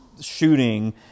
shooting